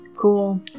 cool